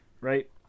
right